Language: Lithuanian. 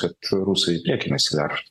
kad rusai priekin nesiveržtų